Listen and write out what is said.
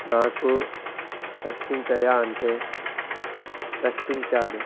నాకు రక్షించయ్యా అంటే రక్షించాడు